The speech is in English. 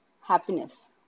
happiness